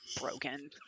broken